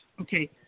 Okay